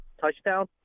touchdown